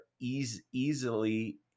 easily